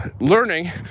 learning